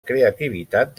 creativitat